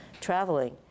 traveling